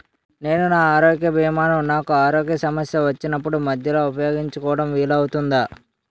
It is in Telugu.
నేను నా ఆరోగ్య భీమా ను నాకు ఆరోగ్య సమస్య వచ్చినప్పుడు మధ్యలో ఉపయోగించడం వీలు అవుతుందా?